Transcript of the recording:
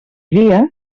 dia